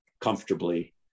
comfortably